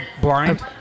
blind